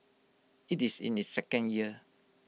IT is in its second year